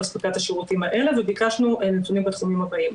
הספקת השירותים האלה וביקשנו נתונים בתחומים הבאים: